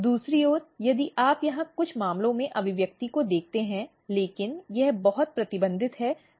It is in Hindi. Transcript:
दूसरी ओर यदि आप यहां कुछ मामलों में अभिव्यक्ति को देखते हैं लेकिन यह बहुत प्रतिबंधित है तो इसका विस्तार नहीं है